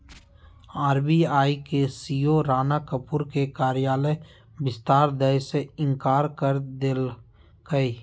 RBI के CEO Rana Kapoor के कार्यकाल विस्तार दय से इंकार कर देलकय